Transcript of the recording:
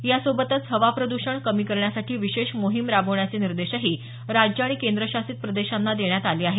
यासोबतच हवा प्रद्षण कमी करण्यासाठी विशेष मोहीम राबवण्याचे निर्देशही राज्य आणि केंद्रशासित प्रदेशांना देण्यात आले आहेत